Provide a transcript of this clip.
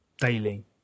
daily